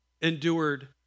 endured